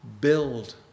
build